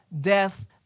death